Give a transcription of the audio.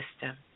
system